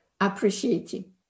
appreciating